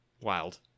Wild